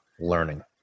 learning